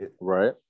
Right